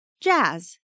Jazz